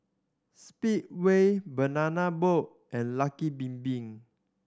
Speedway Banana Boat and Lucky Bin Bin